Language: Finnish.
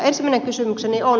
ensimmäinen kysymykseni on